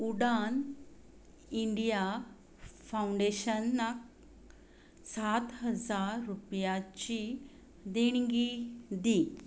उडान India फावंडेशनाक सात हजार रुपयाची देणगी दी